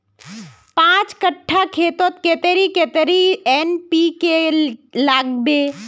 पाँच कट्ठा खेतोत कतेरी कतेरी एन.पी.के के लागबे?